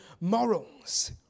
morals